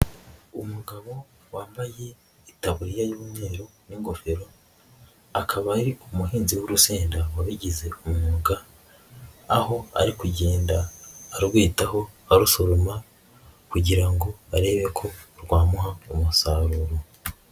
Umugabo wambaye itaburiya y'umweru n'ingofero, akaba ari umuhinzi w'urusenda wabigize umwuga, aho ari kugenda arwitaho arusoroma kugira ngo arebe ko rwamuha umusaruro.